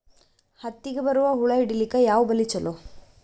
ಹತ್ತಿಗ ಬರುವ ಹುಳ ಹಿಡೀಲಿಕ ಯಾವ ಬಲಿ ಚಲೋ?